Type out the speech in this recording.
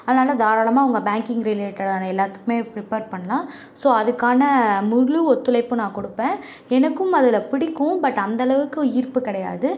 அதனால் தாராளமாக அவங்க பேங்க்கிங் ரிலேட்டடான எல்லாத்துக்குமே ப்ரிப்பர் பண்ணலாம் ஸோ அதுக்கான முழு ஒத்துழைப்பு நான் கொடுப்பேன் எனக்கும் அதில் பிடிக்கும் பட் அந்த அளவுக்கு ஈர்ப்பு கிடையாது